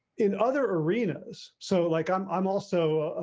in other arenas, so like, i'm i'm also,